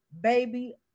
baby